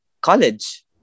college